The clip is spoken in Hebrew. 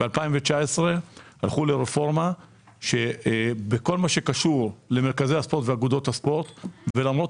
בשנת 2019 הלכו לרפורמה בכל מה שקשור למרכזי הספורט ואגודות הספורט ולמרות